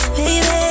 baby